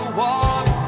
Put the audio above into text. walk